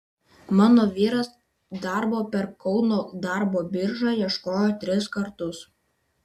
mano vyras darbo per kauno darbo biržą ieškojo tris kartus